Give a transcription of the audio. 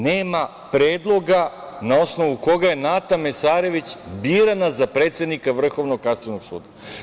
Nema predloga na osnovu koga je Nata Mesarović birana za predsednika Vrhovnog kasacionog suda.